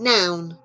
Noun